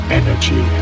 energy